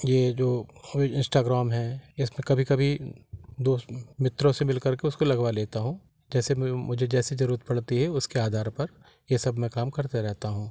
ये जो इन्स्टाग्राम हैं इसमें कभी कभी दोस्त मित्रों से मिल कर के उसको लगवा लेता हूँ जैसे मु मुझे जैसे ज़रूरत पड़ती है उसके आधार पर ये सब मैं काम करते रहता हूँ